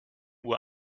uhr